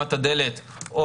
דוגמת הדלת.